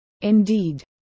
Indeed